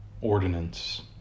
ordinance